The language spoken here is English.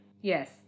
Yes